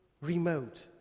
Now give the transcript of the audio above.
remote